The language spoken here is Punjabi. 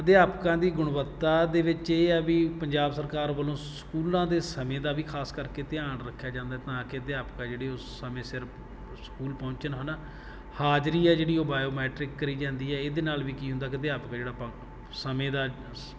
ਅਧਿਆਪਕਾਂ ਦੀ ਗੁਣਵੱਤਾ ਦੇ ਵਿੱਚ ਇਹ ਆ ਵੀ ਪੰਜਾਬ ਸਰਕਾਰ ਵੱਲੋਂ ਸਕੂਲਾਂ ਦੇ ਸਮੇਂ ਦਾ ਵੀ ਖਾਸ ਕਰਕੇ ਧਿਆਨ ਰੱਖਿਆ ਜਾਂਦਾ ਤਾਂ ਕਿ ਅਧਿਆਪਕ ਆ ਜਿਹੜੇ ਉਹ ਸਮੇਂ ਸਿਰ ਸਕੂਲ ਪਹੁੰਚਣ ਹੈ ਨਾ ਹਾਜ਼ਰੀ ਐ ਜਿਹੜੀ ਉਹ ਬਾਓਮੈਟਰਿਕ ਕਰੀ ਜਾਂਦੀ ਹੈ ਇਹਦੇ ਨਾਲ ਵੀ ਕੀ ਹੁੰਦਾ ਕਿ ਅਧਿਆਪਕ ਜਿਹੜਾ ਆਪਾਂ ਸਮੇਂ ਦਾ